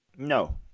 No